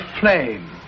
flame